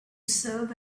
serve